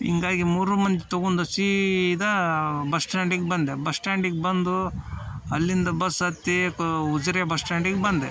ಹಿಂಗಾಗಿ ಮೂರೂ ಮಂದಿ ತೊಗೊಂಡು ಸೀದಾ ಬಸ್ ಸ್ಟ್ಯಾಂಡಿಗೆ ಬಂದೆ ಬಸ್ ಸ್ಟ್ಯಾಂಡಿಗೆ ಬಂದು ಅಲ್ಲಿಂದ ಬಸ್ ಹತ್ತಿ ಕು ಉಜಿರೆ ಬಸ್ ಸ್ಟ್ಯಾಂಡಿಗೆ ಬಂದೆ